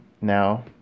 now